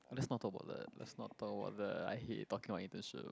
let's not talk about that let's not talk about that I hate talking my internship